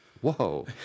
Whoa